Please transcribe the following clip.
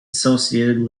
associated